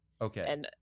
okay